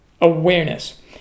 awareness